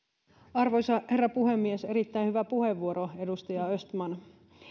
arvoisa herra puhemies erittäin hyvä puheenvuoro edustaja östman